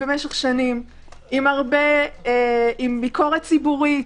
שנים עם הרבה ביקורת ציבורית.